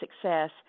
success